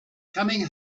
coming